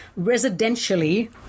residentially